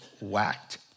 whacked